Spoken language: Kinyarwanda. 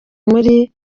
muri